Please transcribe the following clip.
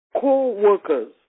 co-workers